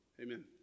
amen